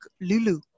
Lulu